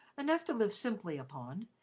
enough to live simply upon,